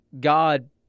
God